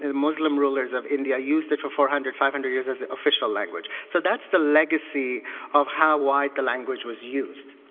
muslim rulers of india, used it for four hundred five hundred years as the official language. so that's the legacy of how wide the language was used.